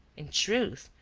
in truth,